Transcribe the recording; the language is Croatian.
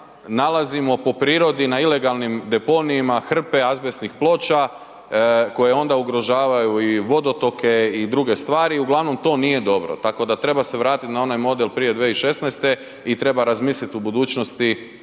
po prirodi na ilegalnim deponijima hrpe azbestnih ploča koje onda ugrožavaju i vodotoke i druge stvari. Uglavnom to nije dobro. Tako treba se vratiti na onaj model prije 2016. i treba razmisliti u budućnosti